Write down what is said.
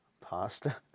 pasta